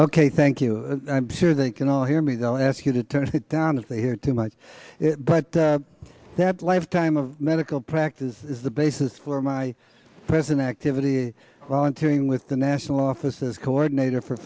ok thank you i'm sure they can all hear me they'll ask you to turn it down if they hear too much but that lifetime of medical practice is the basis for my present activity volunteer in with the national offices coordinator for